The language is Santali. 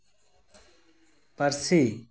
ᱯᱟᱹᱨᱥᱤ